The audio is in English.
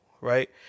Right